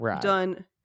done